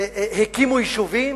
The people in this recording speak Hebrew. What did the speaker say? הקימו יישובים,